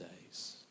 days